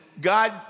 God